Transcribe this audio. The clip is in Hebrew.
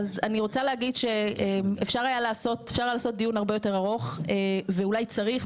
אני רוצה להגיד שאפשר היה לעשות דיון הרבה יותר ארוך ואולי צריך,